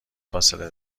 فاصله